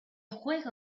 juego